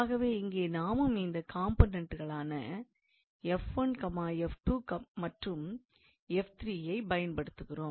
ஆகவே இங்கே நாமும் அதே காம்போனெண்ட்களான 𝑓1 𝑓2 மற்றும் 𝑓3 ஐப் பயன்படுத்துகிறோம்